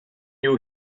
you